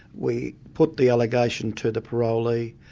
we put the allegation to the parolee,